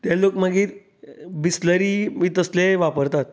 ते लोक मागीर बिस्लरी बी तसलेंय वापरतात